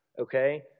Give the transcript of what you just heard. Okay